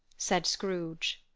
said scrooge.